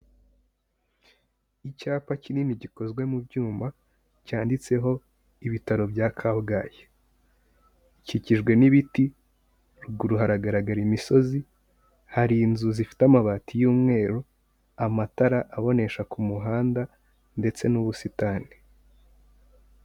Icyapa kinini gikozwe mu byuma cyanditseho ibitaro bya Kabgayi, gikikijwe n'ibiti, ruguru haragaragara imisozi, hari inzu zifite amabati y'umweru, amatara abonesha ku muhanda ndetse n'ubusitani.